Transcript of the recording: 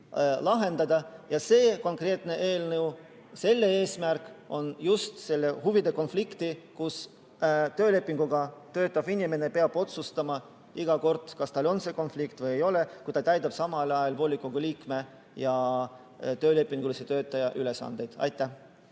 lahendada. Ja selle konkreetse eelnõu eesmärk on lahendada just sellist huvide konflikti, kus töölepinguga töötav inimene peab otsustama iga kord, kas tal on see konflikt või ei ole, kui ta täidab samal ajal volikogu liikme ja töölepingulise töötaja ülesandeid. Huvide